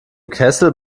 kessel